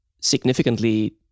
significantly